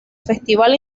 festival